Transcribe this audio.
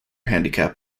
handicap